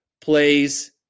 plays